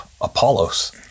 Apollos